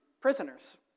prisoners